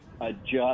adjust